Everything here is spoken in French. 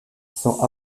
sont